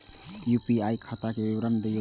UPI खाता के विवरण दिअ?